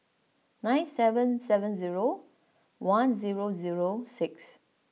nine seven seven zero one zero zero six